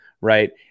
right